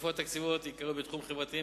תוספות תקציביות עיקריות בתחומים חברתיים